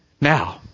Now